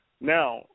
Now